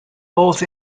both